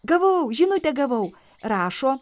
gavau žinutę gavau rašo